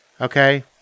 Okay